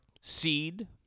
seed